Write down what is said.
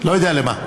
לא יודע למה.